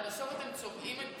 אבל בסוף אתם צובעים,